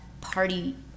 party